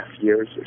years